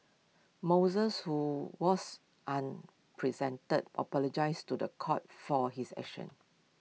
Moses who was presented apologised to The Court for his actions